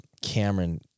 Cameron